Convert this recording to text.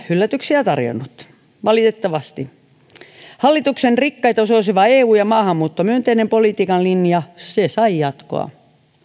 yllätyksiä tarjonnut valitettavasti hallituksen rikkaita suosiva eu ja maahanmuuttomyönteinen politiikan linja sai jatkoa